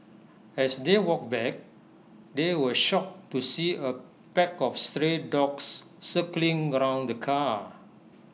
as they walked back they were shocked to see A pack of stray dogs circling around the car